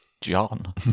John